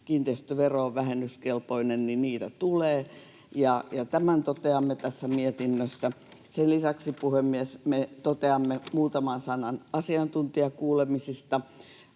kiinteistövero on vähennyskelpoinen, niin niitä tulee. Tämän toteamme tässä mietinnössä. Sen lisäksi, puhemies, me toteamme muutaman sanan asiantuntijakuulemisista: